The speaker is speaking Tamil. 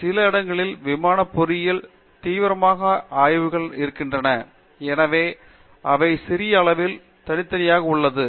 சில இடங்களில் விமானப் பொறியியலில் தீவிரமான ஆய்வுகள் இருக்கின்றன எனவே அவை சிறிய அளவில் தனித்தனியாக உள்ளது